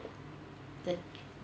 the